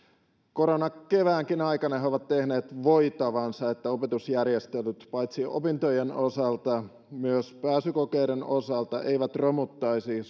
koronakeväänkin aikana he ovat tehneet voitavansa niin että opetusjärjestelyt paitsi opintojen osalta myös pääsykokeiden osalta eivät romuttaisi